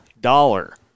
dollar